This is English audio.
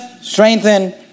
strengthen